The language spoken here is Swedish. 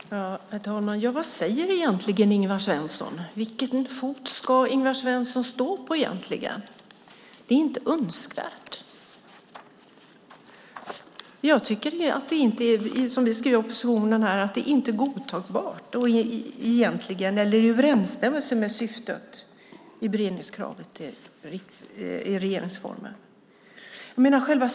Herr talman! Vad säger egentligen Ingvar Svensson? Vilken fot ska Ingvar Svensson stå på egentligen? Han säger att det inte är önskvärt. Jag tycker, som vi skriver i oppositionen, att det inte är godtagbart eller i överensstämmelse med syftet med beredningskravet i regeringsformen.